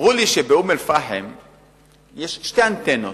אמרו לי שבאום-אל-פחם יש שתי אנטנות,